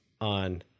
on